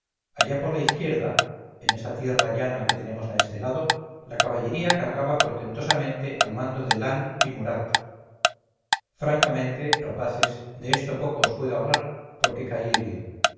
allá por la izquierda en esa tierra llana que tenemos a este lado la caballería cargaba portentosamente al mando de lannes y murat francamente rapaces de esto poco os puedo hablar porque caí herido